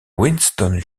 winston